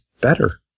better